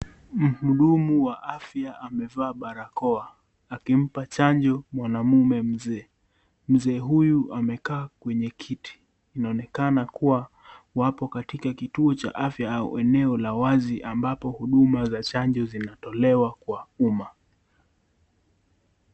Mhudumu wa afya amevaa barakoa akimpa chanjo mwanamume mzee. Mzee huyu amekaa kwenye kiti. Inaonekana kuwa wapo katika kituo cha afya au eneo la wazi ambapo huduma za chanjo zinatolewa kwa umma.